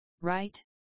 right